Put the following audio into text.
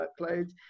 workloads